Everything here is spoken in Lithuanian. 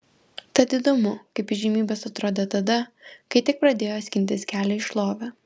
tad įdomu kaip įžymybės atrodė tada kai tik pradėjo skintis kelią į šlovę